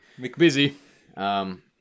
McBusy